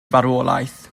farwolaeth